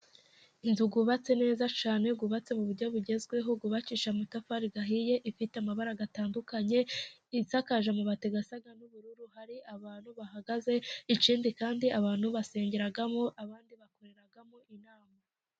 Inzu yubatse neza cyane, yubatse mu buryo bugezweho, yubakishije amatafari ahiye, ifite amabara atandukanye, isakaje amabati asa n'ubururu, hari abantu bahagaze, ikindi kandi abantu basengeramo, abandi bakoreramo inama.